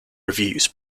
reviews